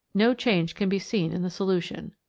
no change can be seen in the solution.